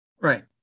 Right